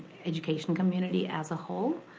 education community as a whole,